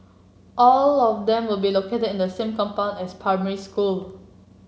all of them will be located in the same compound as primary school